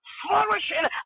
flourishing